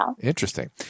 Interesting